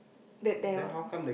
the devil